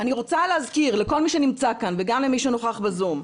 אני רוצה להזכיר לכל מי שנמצא כאן וגם למי שנוכח בזום,